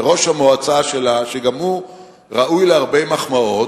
וראש המועצה שלה, שגם הוא ראוי להרבה מחמאות,